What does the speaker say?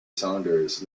saunders